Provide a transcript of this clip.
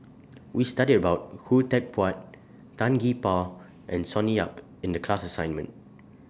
We studied about Khoo Teck Puat Tan Gee Paw and Sonny Yap in The class assignment